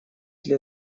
для